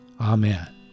Amen